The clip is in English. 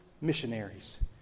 missionaries